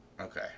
Okay